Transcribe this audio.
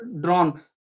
drawn